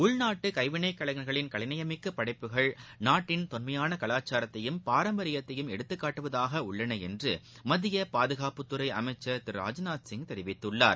உள்நாட்டு கைவினை கலைஞர்களின் கலைநயம்மிக்க படைப்புகள் நாட்டின் தொண்மையாக கலாச்சாரத்ததையும் பாரம்பரியத்தையும் எடுத்துக்காட்டுவதாக உள்ளது என்று மத்திய பாதுகாப்புத்துறை அமைச்சர் திரு ராஜ்நாத் சிங் தெரிவித்துள்ளார்